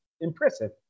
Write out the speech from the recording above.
impressive